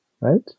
right